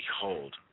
behold